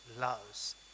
loves